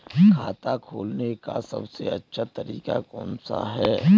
खाता खोलने का सबसे अच्छा तरीका कौन सा है?